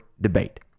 debate